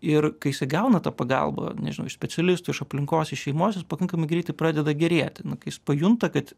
ir kai jisai gauna tą pagalbą nežinau iš specialistų iš aplinkos iš šeimos jis pakankamai greitai pradeda gerėti na kai jis pajunta kad